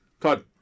Todd